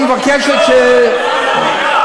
והיא מבקשת,